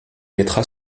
mettra